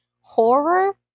horror